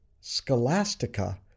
Scholastica